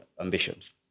ambitions